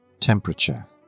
Temperature